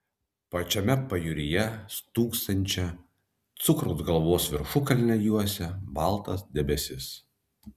pačiame pajūryje stūksančią cukraus galvos viršukalnę juosia baltas debesis